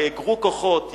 יאגרו כוחות,